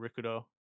Rikudo